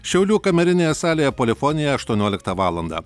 šiaulių kamerinėje salėje polifonija aštuonioliktą valandą